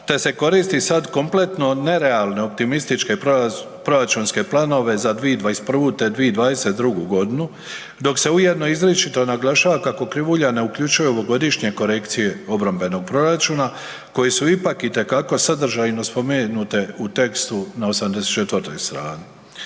te se koristi sad kompletno nerealne, optimističke proračunske planove za 2021. te 2022. godinu dok se ujedno izričito naglašava kako krivulja ne uključuje ovogodišnje korekcije obrambenog proračuna koje su ipak itekako sadržajno spomenute u tekstu na 84. strani.